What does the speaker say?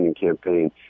campaign